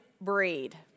breed